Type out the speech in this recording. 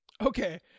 Okay